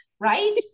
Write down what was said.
Right